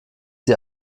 sie